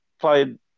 played